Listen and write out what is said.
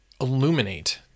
illuminate